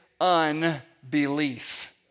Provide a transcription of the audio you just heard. unbelief